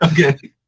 Okay